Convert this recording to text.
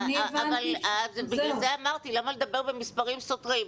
לכן שאלתי למה לדבר במספרים סותרים.